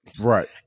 Right